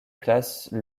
classe